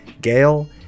Gail